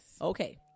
Okay